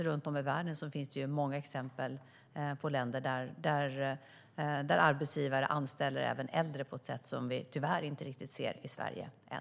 Runt om i världen finns det många exempel på länder där arbetsgivare anställer även äldre i en utsträckning som vi tyvärr inte riktigt ser i Sverige än.